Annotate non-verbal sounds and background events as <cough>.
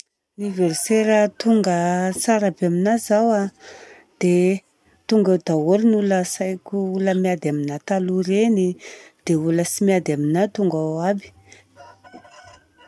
Ny versaire tonga tsara be aminaha izao an, tonga daholo ny olona asaiko, olona miady aminaha taloha ireny, dia olona tsy miady aminaha tonga ao aby. <noise>